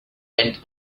went